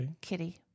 kitty